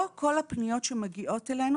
לא כל הפניות שמגיעות אלינו,